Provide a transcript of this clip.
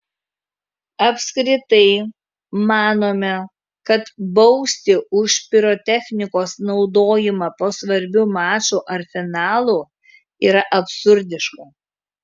apskritai manome kad bausti už pirotechnikos naudojimą po svarbių mačų ar finalų yra absurdiška